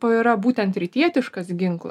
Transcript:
po yra būtent rytietiškas ginkla